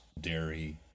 dairy